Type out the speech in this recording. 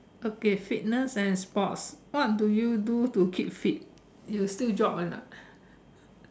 okay fitness and sport what do you do to keep fit you still jog or not